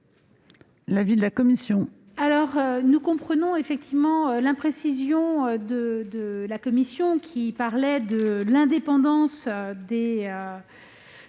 l'avis de la commission ?